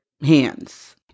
hands